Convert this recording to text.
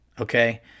okay